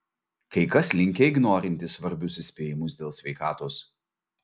kai kas linkę ignorinti svarbius įspėjimus dėl sveikatos